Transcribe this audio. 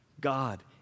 God